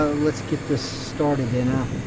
ah lets get this started then, ah.